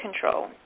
control